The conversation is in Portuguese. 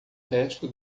resto